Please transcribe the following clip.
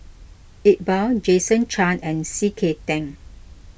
Iqbal Jason Chan and C K Tang